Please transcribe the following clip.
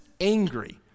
angry